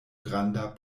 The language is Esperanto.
granda